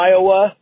Iowa